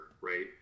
right